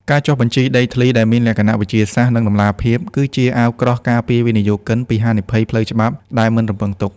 ការចុះបញ្ជីដីធ្លីដែលមានលក្ខណៈវិទ្យាសាស្ត្រ និងតម្លាភាព គឺជាអាវក្រោះការពារវិនិយោគិនពីហានិភ័យផ្លូវច្បាប់ដែលមិនរំពឹងទុក។